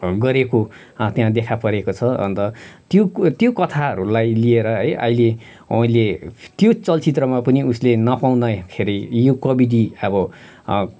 गरेको त्यहाँ देखा परेको छ अन्त त्यो त्यो कथाहरूलाई लिएर है अहिले अहिले त्यो चलचित्रमा पनि उसले नपाउँदाखेरि यो कबड्डी अब